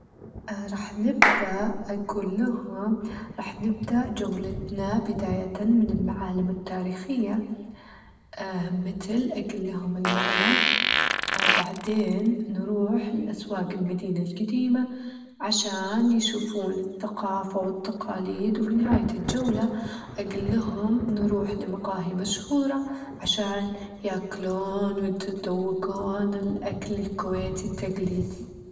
راح نبدأ أجولهم، راح نبدأ جولتنا بدايةً من المعالم التاريخية، متل أجول لهم المعلم، وبعدين نروح لأسواج المدينة الجديمة عشان يشوفون التقافة والتقاليد، وفي نهاية الجولة أجولهم نروح لمقاهي مشهورة عشان ياكلون ويتذوقون الأكل الكويتي التجليدي.